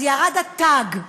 אז ירד התג,